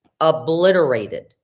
obliterated